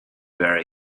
very